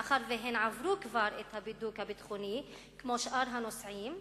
מאחר שהן עברו כבר את הבידוק הביטחוני כמו שאר הנוסעים,